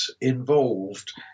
involved